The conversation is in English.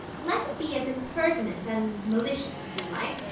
let it be as impertinent and malicious as you like,